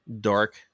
dark